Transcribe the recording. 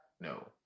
no